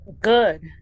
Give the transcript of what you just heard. Good